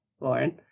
Lauren